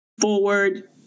Forward